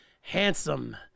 Handsome